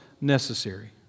necessary